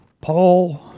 Paul